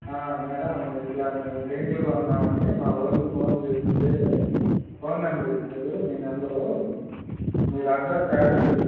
madam ఇట్లా మేము పెయింట్లు కొందామని మా వాళ్ళకి ఫోన్ చేస్తే ఫోన్ నెంబర్ ఇచ్చారు మీ నెంబరు మీరు అడ్రస్ ఏక్కడ అండి